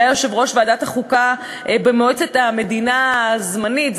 שהיה יושב-ראש ועדת החוקה במועצת המדינה הזמנית,